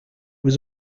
was